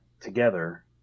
together